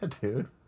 dude